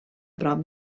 prop